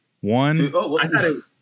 one